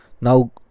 Now